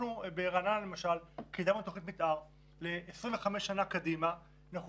ברעננה למשל קידמנו תוכנית מתאר ל-25 שנים קדימה ואנחנו